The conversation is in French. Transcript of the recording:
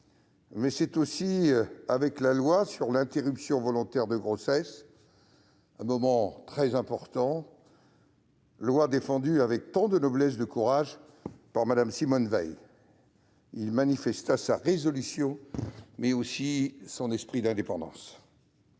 mais également avec la loi sur l'interruption volontaire de grossesse- un moment très important -, défendue avec tant de noblesse et de courage par Simone Veil ; il manifeste ainsi sa résolution et son esprit d'indépendance.